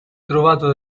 trovato